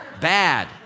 Bad